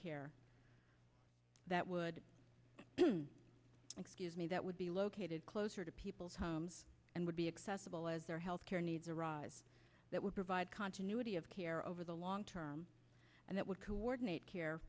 care that would excuse me that would be located closer to people's homes and would be accessible as their health care needs arise that would provide continuity of care over the long term and it would coordinate care